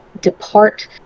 depart